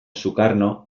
sukarno